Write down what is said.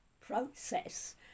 process